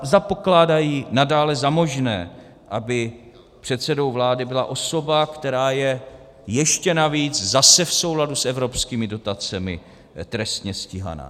Zda pokládají nadále za možné, aby předsedou vlády byla osoba, která je ještě navíc zase v souladu s evropskými dotacemi trestně stíhaná.